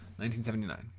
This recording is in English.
1979